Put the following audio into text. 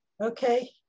okay